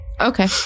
okay